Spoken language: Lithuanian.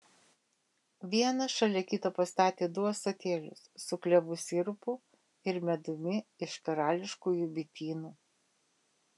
vieną šalia kito pastatė du ąsotėlius su klevų sirupu ir medumi iš karališkųjų bitynų